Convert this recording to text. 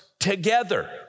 together